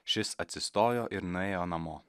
šis atsistojo ir nuėjo namo